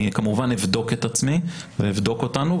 אני כמובן אבדוק את עצמי ואבדוק אותנו,